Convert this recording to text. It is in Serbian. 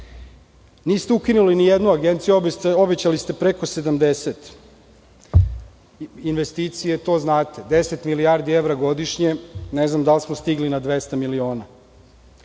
Niste ukinuli ni jednu agenciju a obećali ste preko 70.Investicije, to znate. Deset milijardi evra godišnje, ne znam da li smo stigli na 200 miliona. Nakon